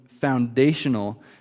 foundational